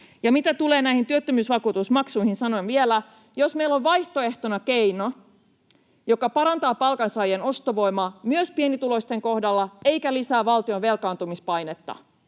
Ja mitä tulee näihin työttömyysvakuutusmaksuihin, niin sanon vielä: jos meillä on vaihtoehtona keino, joka parantaa palkansaajien ostovoimaa myös pienituloisten kohdalla eikä lisää valtion velkaantumispainetta,